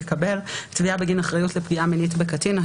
) (תביעה בגין אחריות לפגיעה מינית בקטין),